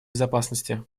безопасности